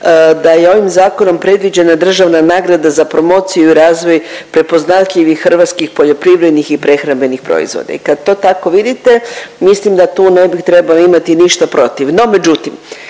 da je ovim zakonom predviđena državna nagrada za promociju i razvoj prepoznatljivih hrvatskih poljoprivrednih i prehrambenih proizvoda i kad to tako vidite mislim da tu ne bi trebali imati ništa protiv.